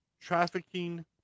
trafficking